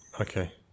Okay